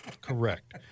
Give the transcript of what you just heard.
Correct